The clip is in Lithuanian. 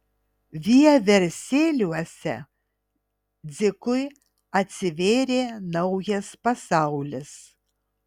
vieversėliuose dzikui atsivėrė naujas pasaulis